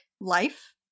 life